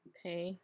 Okay